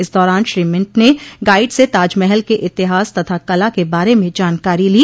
इस दौरान श्री मिंट ने गाइड से ताजमहल के इतिहास तथा कला के बारे में जानकारी ली